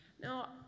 Now